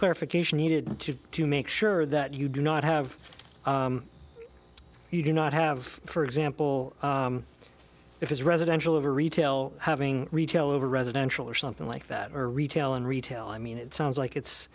clarification needed to make sure that you do not have you do not have for example if it's residential of a retail having retail over residential or something like that or retail and retail i mean it sounds like it's